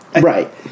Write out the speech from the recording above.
right